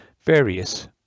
various